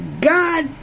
God